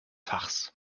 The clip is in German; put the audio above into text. fachs